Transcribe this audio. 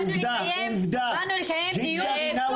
באנו לקיים דיון.